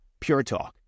PureTalk